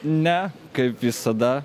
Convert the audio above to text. ne kaip visada